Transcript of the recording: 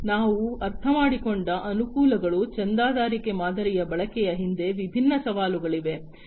ಆದ್ದರಿಂದ ನಾವು ಅರ್ಥಮಾಡಿಕೊಂಡ ಅನುಕೂಲಗಳು ಚಂದಾದಾರಿಕೆ ಮಾದರಿಯ ಬಳಕೆಯ ಹಿಂದೆ ವಿಭಿನ್ನ ಸವಾಲುಗಳಿವೆ